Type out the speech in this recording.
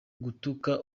gutuka